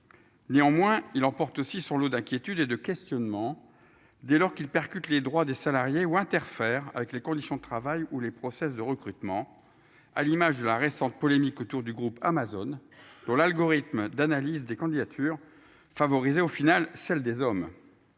Néanmoins, il l'emporte aussi son lot d'inquiétudes et de questionnement. Dès lors qu'il percute les droits des salariés ou interfèrent avec les conditions de travail ou les process de recrutement à l'image de la récente polémique autour du groupe Amazon dont l'algorithme d'analyse des candidatures favoriser au final, celle des hommes.